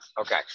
Okay